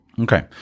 okay